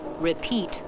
Repeat